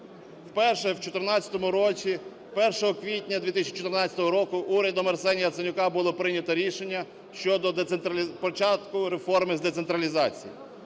Вперше в 2014 році, 1 квітня 2014 року урядом Арсенія Яценюка було прийнято рішення щодо початку реформи з децентралізації.